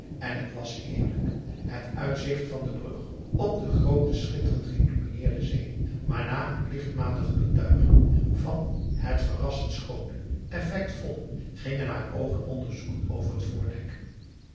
en het was heerlijk het uitzicht van de brug op de groote schitterend geïllumineerde zee maar na een plichtmatige betuiging van het verrassend schoone effectvolle gingen haar oogen onderzoekend over het voordek